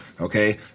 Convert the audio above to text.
Okay